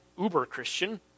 uber-Christian